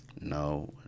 No